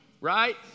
Right